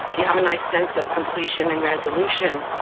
you have a nice sense of completion and resolution.